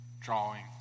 drawing